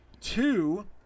two